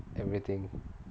everything